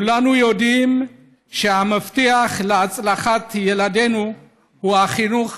כולנו יודעים שהמפתח להצלחת ילדינו הוא החינוך